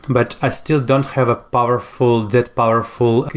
but i still don't have a powerful, that powerful,